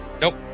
Nope